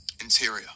Interior